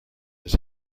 his